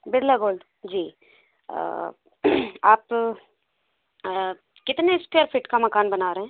Birla gold ji आप कितने square feet का मकान बना रहे हैं